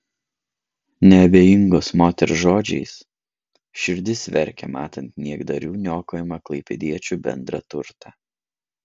neabejingos moters žodžiais širdis verkia matant niekdarių niokojamą klaipėdiečių bendrą turtą